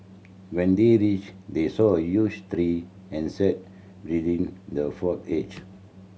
when they reached they saw a huge tree and sat within the for age